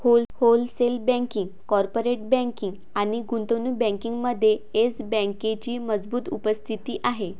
wholesale banking, corporate banking आणि गुंतवणूक बँकिंगमध्ये येस बँकेची मजबूत उपस्थिती आहे